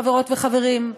חברות וחברים,